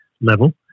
level